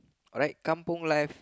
alright kampung life